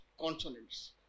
consonants